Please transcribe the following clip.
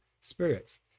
spirits